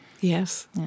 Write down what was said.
yes